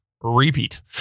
repeat